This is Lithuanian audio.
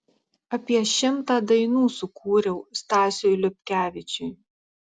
apie šimtą dainų sukūriau stasiui liupkevičiui